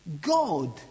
God